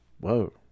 whoa